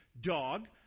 dog